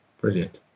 Brilliant